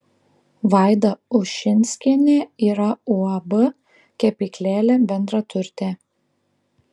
vaida ušinskienė yra uab kepyklėlė bendraturtė